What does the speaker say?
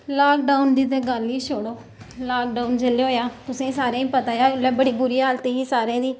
lockdown दी ते गल्ल ही छोड़ो लॉकडाउन जिल्लै होएआ तुसेंगी सारें गी पता ऐ उल्लै बड़ी बुरी हालत ही सारें दी